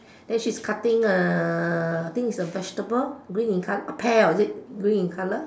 then she's cutting uh I think is a vegetable green in color pear or is it green in colour